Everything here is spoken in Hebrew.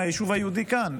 מהיישוב היהודי כאן,